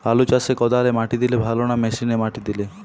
আলু চাষে কদালে মাটি দিলে ভালো না মেশিনে মাটি দিলে?